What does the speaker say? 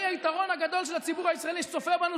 היתרון הגדול של הציבור הישראלי שצופה בנו,